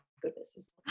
goodness